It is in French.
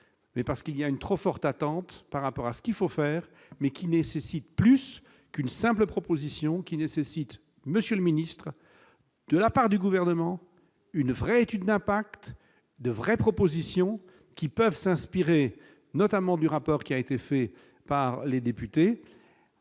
mais parce qu'il y a une trop forte attente par rapport à ce qu'il faut faire mais qui nécessite plus qu'une simple proposition qui nécessite, monsieur le ministre de la part du gouvernement, une vraie étude d'impact de vraies propositions qui peuvent s'inspirer notamment du rapport qui a été fait par les députés,